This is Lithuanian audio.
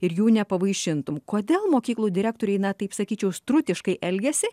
ir jų nepavaišintum kodėl mokyklų direktoriai na taip sakyčiau strutiškai elgiasi